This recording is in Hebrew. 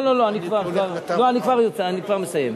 לא, אני כבר יוצא, אני כבר מסיים.